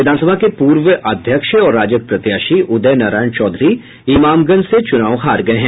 विधानसभा के पूर्व अध्यक्ष और राजद प्रत्याशी उदय नारायण चौधरी इमामगंज से चुनाव हार गये हैं